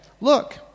look